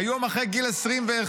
היום אחרי גיל 21,